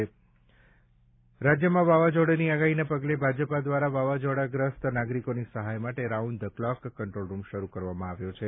ગુજરાતમાં વાવાઝોડાની આગાહીના પગલે ભાજપા દ્વારા વાવાઝોડાગ્રસ્ત નાગરિકોની સહાય માટે રાઉન્ડ ધ ક્લોક કંટ્રોલરૂમ શરૂ કરવામાં આવ્યો છે